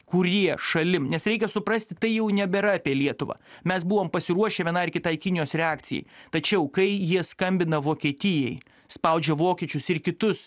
kurie šalim nes reikia suprasti tai jau nebėra apie lietuvą mes buvom pasiruošę vienai ar kitai kinijos reakcijai tačiau kai jie skambina vokietijai spaudžia vokiečius ir kitus